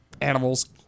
animals